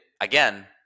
again